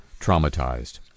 traumatized